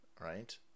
Right